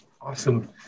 Awesome